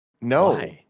no